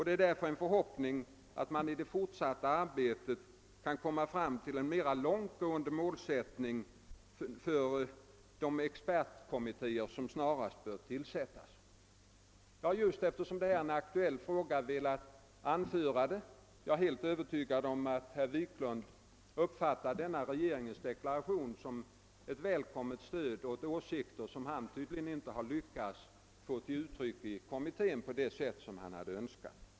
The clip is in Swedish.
Det är därför vår förhoppning att man skall kunna komma fram till en mera långtgående målsättning för de expertkommittéer som snarast bör tillsättas. Eftersom frågan är aktuell i Europasammanhang har jag velat anföra dessa synpunkter. Jag är helt övertygad om att herr Wiklund i Stockholm uppfattar denna regeringens deklaration som ett välkommet stöd åt åsikter som han tydligen inte har lyckats få uttryckta i kommittén på det sätt som han hade önskat.